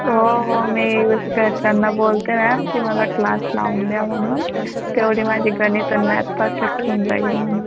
हो हो मी घरच्यांना बोलते मॅम की मला क्लास लावून द्या म्हणून तेवढी माझी गणित आणि मॅथ परफेक्ट होऊन जाईल म्हणून